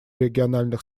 региональных